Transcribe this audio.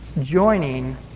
joining